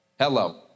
Hello